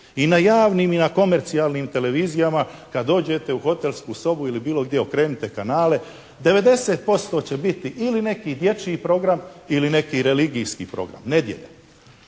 i na javnim i na komercijalnim televizijama, kada dođete u hotelsku sobu ili bilo gdje okrenite kanale 90% će biti ili neki dječji program ili neki religijski program, nedjelja.